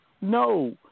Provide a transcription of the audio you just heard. no